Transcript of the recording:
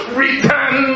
return